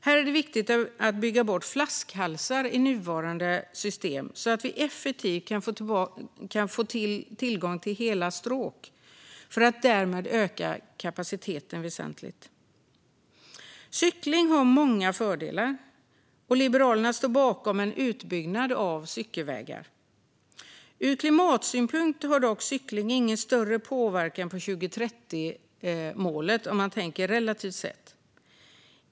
Här är det viktigt att bygga bort flaskhalsar i nuvarande system så att vi effektivt kan få tillgång till hela stråk för att därmed öka kapaciteten väsentligt. Cykling har många fördelar, och Liberalerna står bakom en utbyggnad av cykelvägar. Ur klimatsynpunkt har dock cykling relativt sett ingen större påverkan på 2030-målet.